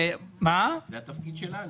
זה התפקיד שלנו.